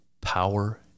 power